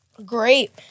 great